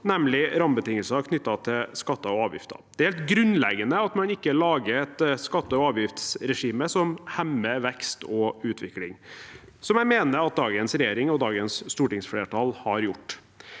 nemlig rammebetingelsene knyttet til skatter og avgifter. Det er helt grunnleggende at man ikke lager et skatte- og avgiftsregime som hemmer vekst og utvikling, som jeg mener at dagens regjering og dagens stortingsflertall har gjort.